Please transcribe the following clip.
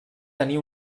tenir